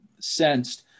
sensed